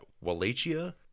Wallachia